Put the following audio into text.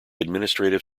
administrative